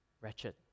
Wretched